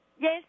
Yes